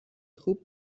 خوب